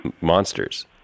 monsters